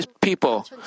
people